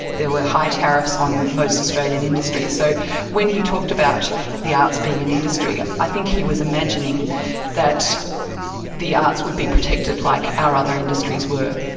there were high tariffs on most australian industries. so when he talked about the arts being an industry, i think he was imagining that the arts would be protected like our other industries were.